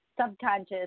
subconscious